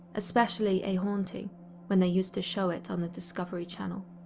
especially a haunting when they use to show it on the discovery channel.